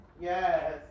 Yes